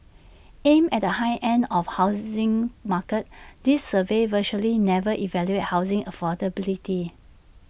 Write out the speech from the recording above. aimed at the high end of housing market these surveys virtually never evaluate housing affordability